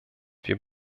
wir